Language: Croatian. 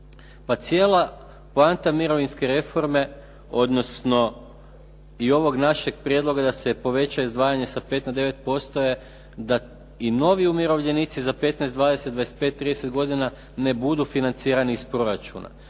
Pa cijela poanta mirovinske reforme odnosno i ovog našeg prijedloga da se poveća izdvajanje sa 5 na 9% je da i novi umirovljenici za 15, 20, 25, 30 godina ne budu financirani iz proračuna.